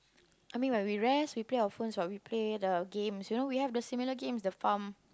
I mean when we rest we play our phones what we play the games you know we have the similar games the farm